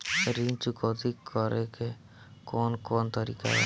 ऋण चुकौती करेके कौन कोन तरीका बा?